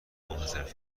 منحصربه